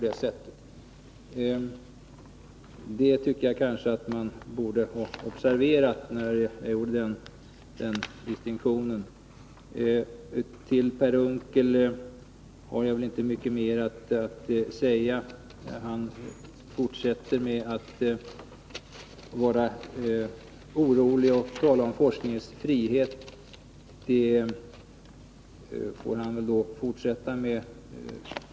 Den dinstinktionen tycker jag man bör observera. Till Per Unckel har jag väl inte mycket mer att säga. Han fortsätter med att vara orolig och tala om forskningens frihet. Det får han väl då hålla på med.